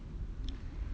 that's true that's true